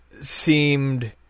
seemed